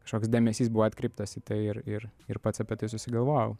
kažkoks dėmesys buvo atkreiptas į tai ir ir ir pats apie tai susigalvojau